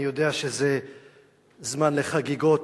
אני יודע שזה זמן לחגיגות